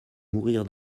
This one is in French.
mourir